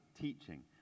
teaching